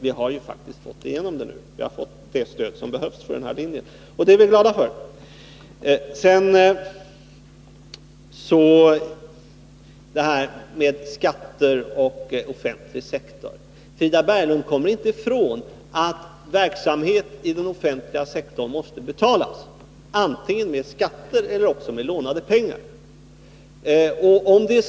Vi har ju faktiskt fått det stöd som behövs för den här linjen, och det är vi glada för. Sedan detta med skatter och den offentliga sektorn. Frida Berglund kommer inte ifrån att verksamhet inom den offentliga sektorn måste betalas, antingen med skatter eller också med lånade pengar.